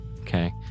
okay